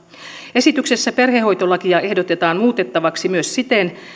esityksessä perhehoitolakia ehdotetaan muutettavaksi myös siten